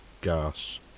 gas